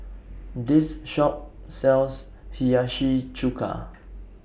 This Shop sells Hiyashi Chuka